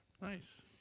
Nice